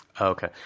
okay